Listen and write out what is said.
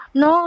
no